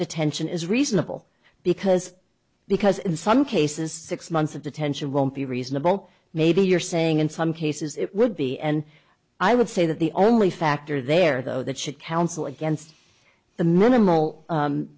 detention is reasonable because because in some cases six months of detention won't be reasonable maybe you're saying in some cases it would be and i would say that the only factor there though that should counsel against the minimal